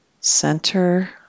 center